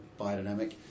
biodynamic